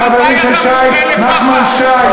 החברים של נחמן שי,